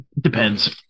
depends